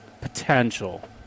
potential